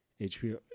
HBO